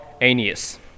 Aeneas